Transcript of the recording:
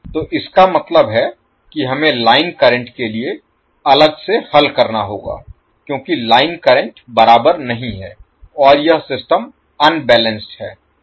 तो इसका मतलब है कि हमें लाइन करंट के लिए अलग से हल करना होगा क्योंकि लाइन करंट बराबर नहीं है और यह सिस्टम अनबैलेंस्ड है